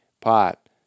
pot